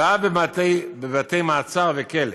ועד בתי-מעצר וכלא.